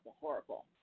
horrible